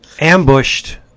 ambushed